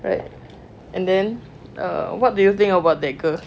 right and then err what do you think about that girl